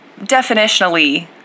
definitionally